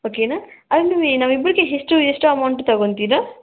ಓಕೆನಾ ಅಲ್ಲಿ ನಮ್ಮಿಬ್ರಿಗೆ ಎಷ್ಟು ಎಷ್ಟು ಅಮೌಂಟ್ ತಗೊಂತೀರ